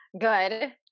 Good